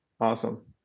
Awesome